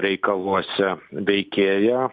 reikaluose veikėja